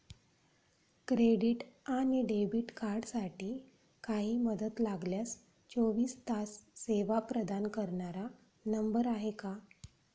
Credit आणि debit कार्डसाठी काही मदत लागल्यास चोवीस तास सेवा प्रदान करणारा नंबर आहे का?